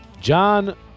John